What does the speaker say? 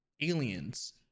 aliens